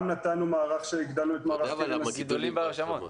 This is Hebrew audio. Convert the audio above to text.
גם הגדלנו את מערך קרן --- אתה יודע למה גידולים בהרשמות.